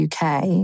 UK